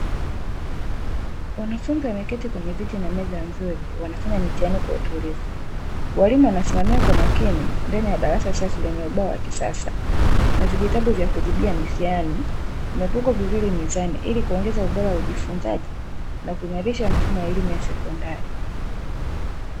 Wanafunzi wameketi kwenye viti na meza nzuri wanafanya mitihani kwa utulivu. Walimu wanasimamia kwa makini ndani ya darasa safi lenye ubao wa kisasa, na vijitabu vya kujibia mitihani vimepangwa vizuri mezani ili kuongeza ubora wa ujifunzaji na kuimarisha mfumo wa elimu ya sekondari.